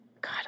God